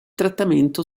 trattamento